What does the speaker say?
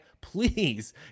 please